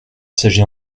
s’agit